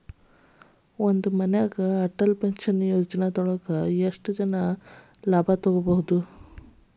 ಒಂದೇ ಮನ್ಯಾಗ್ ಅಟಲ್ ಪೆನ್ಷನ್ ಯೋಜನದೊಳಗ ಎಷ್ಟ್ ಜನ ಲಾಭ ತೊಗೋಬಹುದು?